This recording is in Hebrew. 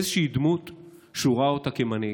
איזושהי דמות שהוא ראה אותה כמנהיג.